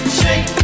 shake